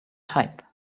type